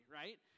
right